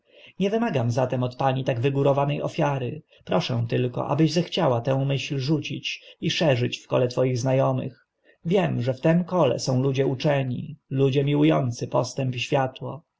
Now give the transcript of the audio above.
nie wymagam zatem od pani tak wygórowane ofiary proszę tylko abyś zechciała tę myśl rzucić i szerzyć w kole twoich zna omych wiem że w tym kole są ludzie uczeni ludzie miłu ący postęp i światło